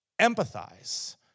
Empathize